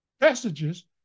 messages